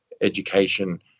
education